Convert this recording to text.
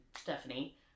Stephanie